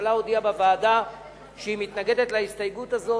הממשלה הודיעה בוועדה שהיא מתנגדת להסתייגות הזאת,